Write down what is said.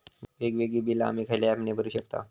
वेगवेगळी बिला आम्ही खयल्या ऍपने भरू शकताव?